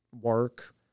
work